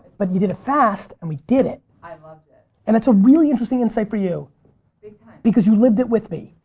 but you did it fast, and we did it. i loved it. and it's a really interesting insight for you because you lived it with me.